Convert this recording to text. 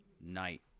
night